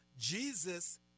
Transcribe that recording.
Jesus